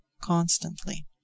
constantly